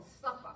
suffer